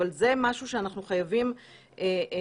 אבל זה משהו שאנחנו חייבים לפתור,